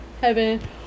heaven